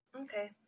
Okay